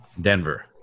Denver